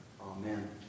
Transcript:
Amen